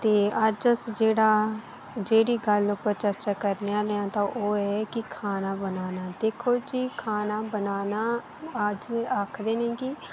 ते अज्ज अस जेह्ड़ा जेह्ड़ी गल्ल उप्पर चर्चा करनें आह्लें आं ओह् ऐ कि खाना बनाना दिक्खो जी खाना बनाना अज्ज में आखनी आं